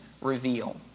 reveal